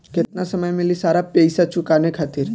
केतना समय मिली सारा पेईसा चुकाने खातिर?